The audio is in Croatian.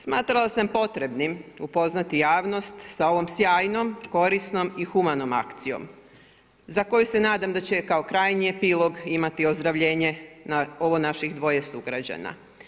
Smatrala sam potrebnim upoznati javnost sa ovom sjajnom, korisnom i humanom akcijom za koju se nadam da će kao krajnji epilog imati ozdravljenje ovih naših dvoje sugrađana.